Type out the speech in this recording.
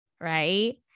right